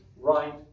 right